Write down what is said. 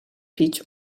peach